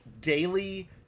daily